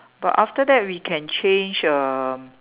but after that we can change uh